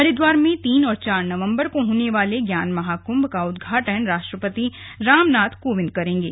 हरिद्वार में तीन और चार नवंबर को होने वाले ज्ञान महाकुंभ का उद्घाटन राष्ट्रपति रामनाथ कोविंद करेंगे